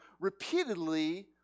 repeatedly